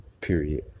Period